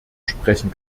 sprechen